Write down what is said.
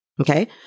Okay